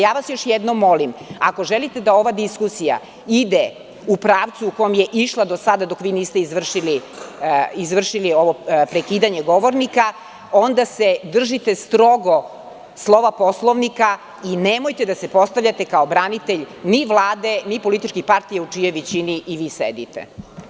Još jednom vas molim, ako želite da ova diskusija ide u pravcu u kom je išla do sada, dok vi niste izvršili ovo prekidanje govornika, onda se držite strogo slova Poslovnika i nemojte da se postavljate kao branitelj ni Vlade ni političkih partija, u čijoj većini i vi sedite.